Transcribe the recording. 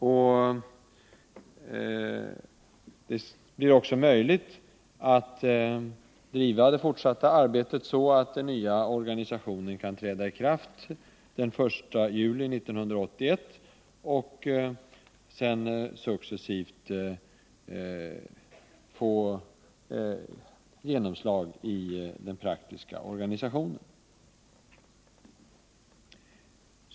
Det blir nu möjligt att driva det fortsatta arbetet så, att den nya organisationen kan träda i kraft den 1 juli 1981 och sedan successivt få genomslag i det praktiska arbetet.